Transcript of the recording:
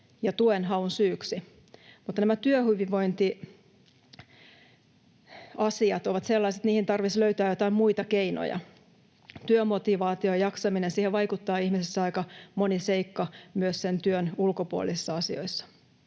ja tuen haun syyksi, mutta nämä työhyvinvointiasiat ovat sellaisia, että niihin tarvitsisi löytää joitain muita keinoja. Työmotivaatioon, jaksamiseen vaikuttaa ihmisessä aika moni seikka myös sen työn ulkopuolisissa asioissa.